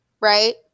right